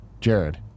Jared